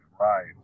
right